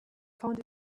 found